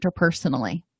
interpersonally